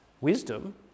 wisdom